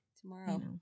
Tomorrow